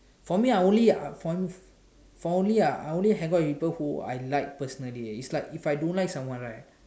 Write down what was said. for me I only uh for only I I hang out with people who I like personally eh it's like I don't like someone right